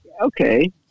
Okay